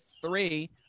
three